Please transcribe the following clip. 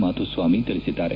ಮಾಧುಸ್ವಾಮಿ ತಿಳಿಸಿದ್ದಾರೆ